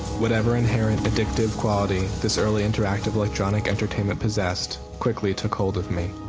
whatever inherent addictive quality this early interactive electronic entertainment possessed quickly took hold of me.